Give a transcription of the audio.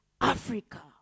Africa